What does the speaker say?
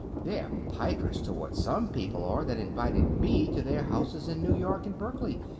they're pikers to what some people are that invited me to their houses in new york and berkeley,